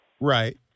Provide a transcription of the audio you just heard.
Right